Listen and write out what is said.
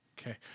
Okay